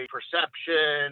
perception